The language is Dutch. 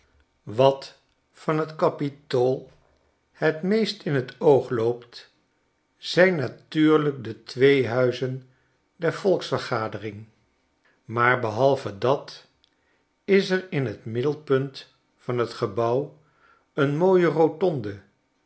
wat van t kapitool het meest in t oog loopt zijn natuurlijk de twee huizen der volksvergadering maar behalve dat is er in t middelpunt van t gebouw een mooie rotonde